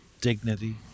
dignity